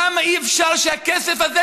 למה אי-אפשר שהכסף הזה,